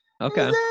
okay